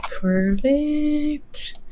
Perfect